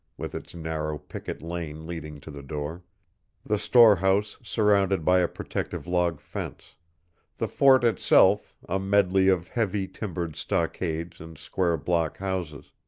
with its narrow picket lane leading to the door the storehouse surrounded by a protective log fence the fort itself, a medley of heavy-timbered stockades and square block-houses.